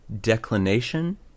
declination